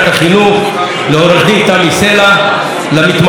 לעו"ד תמי סלע, למתמחה דניאל כהן,